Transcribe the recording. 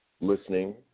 listening